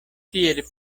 tiel